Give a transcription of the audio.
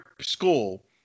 school